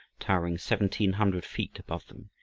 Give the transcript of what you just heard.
towering seventeen hundred feet above them,